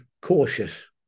cautious